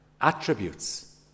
attributes